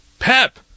Pep